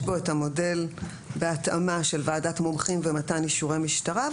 בו את המודל בהתאמה של ועדת מומחים ומתן אישורי משטרה,